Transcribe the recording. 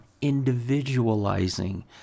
individualizing